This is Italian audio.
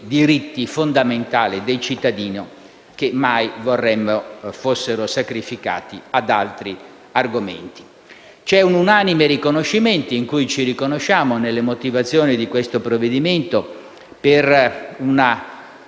diritti fondamentali del cittadino, che mai vorremmo fossero sacrificati ad altri argomenti. C'è un unanime riconoscimento, nelle motivazioni di questo provvedimento, per una